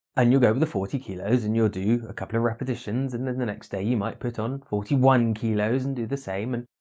ah you'll go over forty kilos and you'll do a couple of repetitions and then the next day you might put on forty one kilos and do the same and.